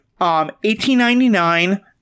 1899